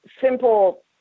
simple